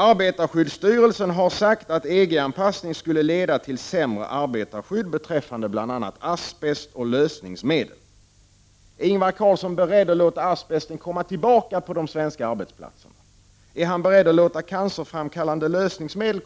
Arbetarskyddsstyrelsen anser att EG-anpassningen skulle leda till sämre arbetarskydd beträffande bl.a. asbest och lösningsmedel. Är Ingvar Carlsson beredd att låta asbest komma tillbaka på de svenska arbetsplatserna? Är han beredd att återinföra cancerframkallande lösningsmedel?